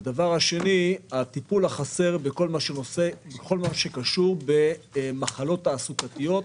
והשנייה - הטיפול החסר בכל מה שקשור במחלות תעסוקתיות,